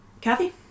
Kathy